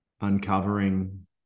uncovering